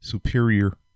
superior